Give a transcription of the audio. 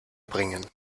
bringen